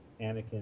Anakin